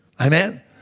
Amen